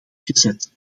gezet